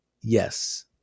yes